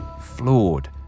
Flawed